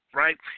right